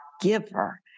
giver